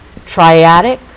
triadic